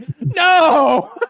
no